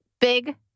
big